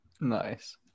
Nice